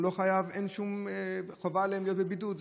הוא לא חייב, אין שום חובה עליהם להיות בבידוד.